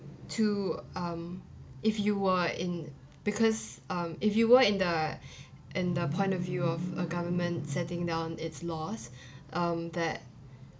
to um if you are in because um if you were in the in the point of view of a government setting down its laws um that